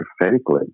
prophetically